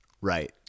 Right